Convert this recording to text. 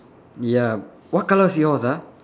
ya what colour's yours ah